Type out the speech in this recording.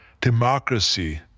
democracy